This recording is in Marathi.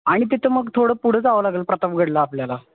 आणि तिथं मग थोडं पुढं जावं लागेल प्रतापगडला आपल्याला